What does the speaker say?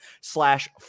slash